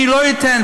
אני לא אתן.